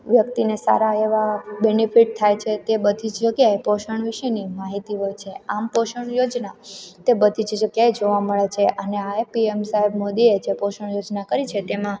વ્યક્તિને સારા એવા બેનિફિટ થાય છે તે બધીજ જગ્યાએ પોષણ વિષેની માહિતી હોય છે આમ પોષણ યોજના તે બધી જ જગ્યાએ જોવા મળે છે અને આએ પીએમ સાહેબ મોદીએ જે પોષણ યોજના કરી છે તેમાં